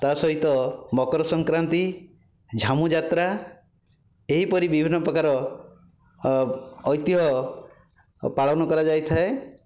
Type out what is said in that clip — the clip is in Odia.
ତା' ସହିତ ମକର ସଂକ୍ରାନ୍ତି ଝାମୁଯାତ୍ରା ଏହିପରି ବିଭିନ୍ନ ପ୍ରକାର ଐତିହ ପାଳନ କରାଯାଇଥାଏ